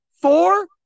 four